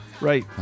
right